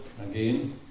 again